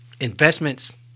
investments